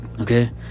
okay